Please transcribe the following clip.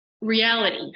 reality